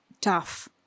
tough